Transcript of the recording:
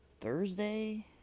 Thursday